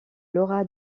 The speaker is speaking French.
laura